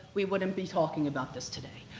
we wouldn't be talking about this today.